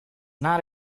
not